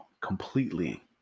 completely